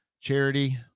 Charity